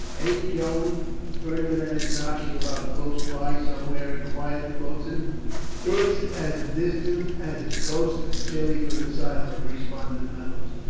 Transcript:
ain't joan fernandez knocking about close by somewheres? inquired the boatswain. it's as distant as the coast of chili from this island, responded reynolds.